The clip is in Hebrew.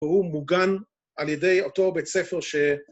והוא מוגן על ידי אותו בית ספר ש...